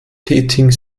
tätigen